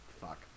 Fuck